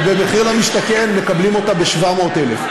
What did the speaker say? ובמחיר למשתכן מקבלים אותה ב-700,000.